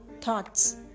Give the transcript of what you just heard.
thoughts